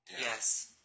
Yes